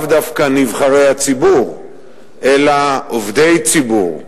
לאו דווקא נבחרי הציבור, אלא עובדי הציבור,